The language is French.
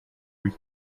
lui